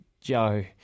Joe